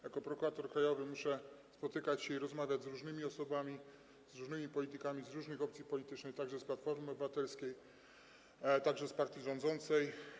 Jako prokurator krajowy muszę spotykać się i rozmawiać z różnymi osobami, z różnymi politykami, z różnych opcji politycznych, także z Platformy Obywatelskiej, także z partii rządzącej.